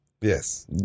Yes